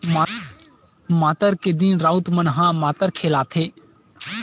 मातर के दिन राउत मन ह मातर खेलाथे